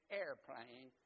airplane